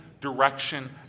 direction